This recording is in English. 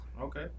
okay